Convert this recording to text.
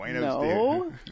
No